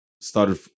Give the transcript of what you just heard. started